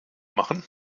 machen